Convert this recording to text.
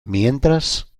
mientras